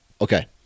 Okay